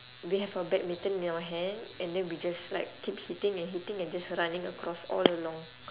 we have a badminton in our hand and then we just like keep hitting and hitting and just running across all along